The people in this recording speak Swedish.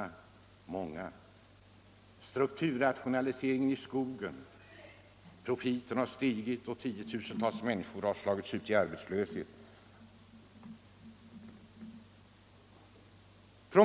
Jag kan nämna strukturrationaliseringen i skogen: profiten har stigit och tiotusentals människor har slagits ut och blivit arbetslösa.